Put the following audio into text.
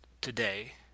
today